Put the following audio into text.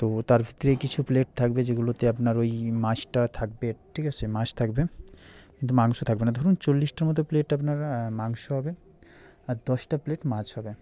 তো তার ভেতরে কিছু প্লেট থাকবে যেগুলোতে আপনার ঐ মাছটা থাকবে ঠিক আছে মাছ থাকবে কিন্তু মাংস থাকবে না ধরুন চল্লিশটা মত প্লেট আপনার মাংস হবে আর দশটা প্লেট মাছ হবে